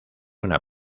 una